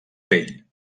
pell